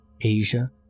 Asia